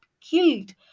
killed